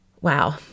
Wow